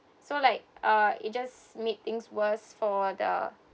so like uh it just make things worse for the